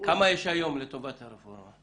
כמה יש היום לטובת הרפורמה?